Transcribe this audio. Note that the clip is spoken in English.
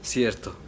Cierto